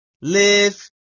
live